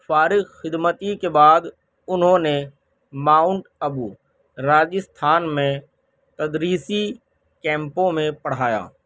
فارغ خدمتی کے بعد انہوں نے ماؤنٹ ابو راجستھان میں تدریسی کیمپوں میں پڑھایا